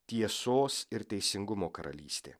tiesos ir teisingumo karalystė